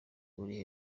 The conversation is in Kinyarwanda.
uri